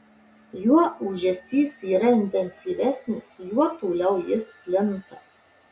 juo ūžesys yra intensyvesnis juo toliau jis plinta